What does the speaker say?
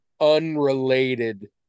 unrelated